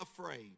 afraid